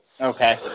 Okay